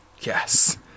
Yes